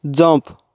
jump